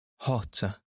Hotter